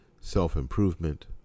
self-improvement